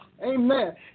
Amen